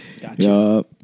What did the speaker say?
Gotcha